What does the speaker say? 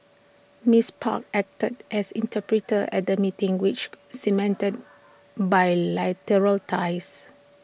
miss park acted as interpreter at the meeting which cemented bilateral ties